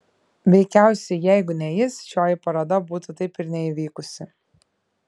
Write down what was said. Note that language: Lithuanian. veikiausiai jeigu ne jis šioji paroda būtų taip ir neįvykusi